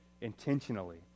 Intentionally